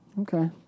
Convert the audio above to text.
okay